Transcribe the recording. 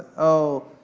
oh,